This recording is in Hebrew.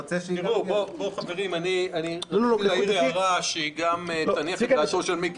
רציתי להעיר הערה, שגם תניח את דעתו של מיקי.